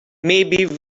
maybe